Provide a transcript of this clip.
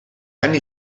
anni